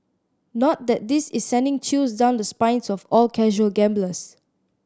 not that this is sending chills down the spines of all casual gamblers